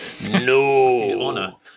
No